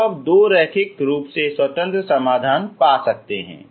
इसलिए आप दो रैखिक रूप से स्वतंत्र समाधान पा सकते हैं